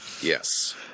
Yes